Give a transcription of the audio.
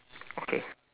okay